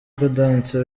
gaudence